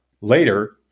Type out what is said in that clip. Later